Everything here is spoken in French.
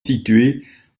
situées